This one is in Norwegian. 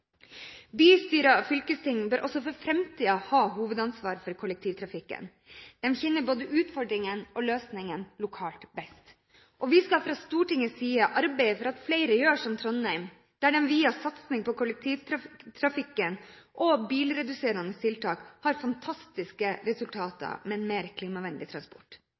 og fylkesting bør også for framtiden ha hovedansvar for kollektivtrafikken. De kjenner både utfordringene og løsningene lokalt best. Vi skal fra Stortingets side arbeide for at flere gjør som Trondheim, der de via satsingen på kollektivtrafikken og bilreduserende tiltak har fantastiske resultater med en mer klimavennlig transport.